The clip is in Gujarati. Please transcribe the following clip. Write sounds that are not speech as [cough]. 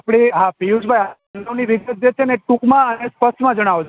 આપણે હા પિયુષભાઈ [unintelligible] વિગત જે છે ને ટુકમાં અને સ્પષ્ટમાં જણાવજો